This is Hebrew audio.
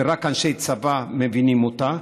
שרק אנשי צבא מבינים אותה,